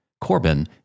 Corbin